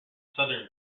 southern